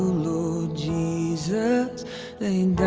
lord jesus